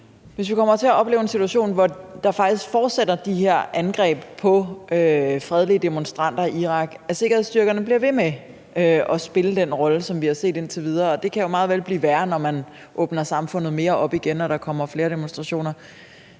Hvis vi kommer til at opleve en situation, hvor de her angreb på fredelige demonstranter i Irak faktisk fortsætter, at sikkerhedsstyrkerne bliver ved med at spille den rolle, som vi har set indtil videre – og det kan jo meget vel blive værre, når man åbner samfundet mere op igen og der kommer flere demonstrationer